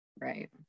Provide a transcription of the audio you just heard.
Right